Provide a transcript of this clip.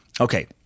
Okay